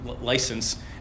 license